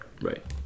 right